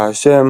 בה ה'